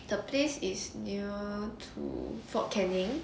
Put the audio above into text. the place is near to fort canning